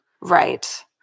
Right